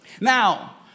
Now